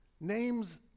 Names